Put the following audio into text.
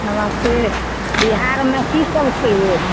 नमस्ते बिहारमे किसब छै यै